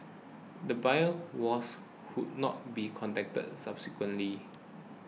the buyer was could not be contacted subsequently